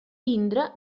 tindre